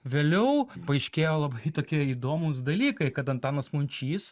vėliau paaiškėjo labai tokie įdomūs dalykai kad antanas mončys